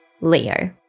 Leo